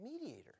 mediator